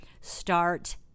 Start